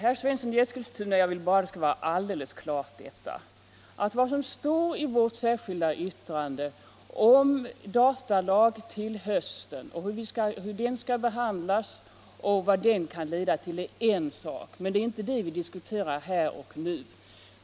Fru talman! Jag vill bara att det skall vara alldeles klart, herr Svensson i Eskilstuna, att vad som står i vårt särskilda yttrande om datalag till hösten, hur den skall behandlas och vad den kan leda till är en sak, men det är inte den saken diskussionen här gäller.